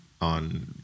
On